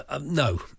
No